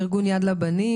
ארגון יד לבנים,